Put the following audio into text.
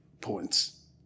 points